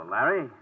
Larry